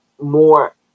more